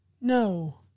No